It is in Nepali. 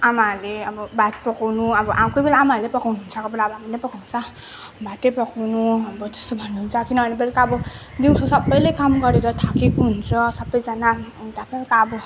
आमाहरूले अब भात पकाउनु अब कोही बेला आमाहरूले पकाउनु हुन्छ कोहीबेला अब हामीले पकाउनु पर्छ भातै पकाउनु अब त्यस्तो भन्नुहुन्छ किनभने बेलुका अब दिउँसो सबैले काम गरेर थाकेको हुन्छ सबैजना अन्त बेलुका अब